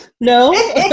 no